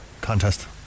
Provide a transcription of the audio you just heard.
contest